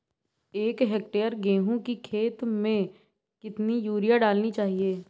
एक हेक्टेयर गेहूँ की खेत में कितनी यूरिया डालनी चाहिए?